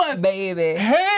baby